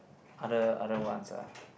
other other ones ah